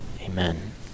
Amen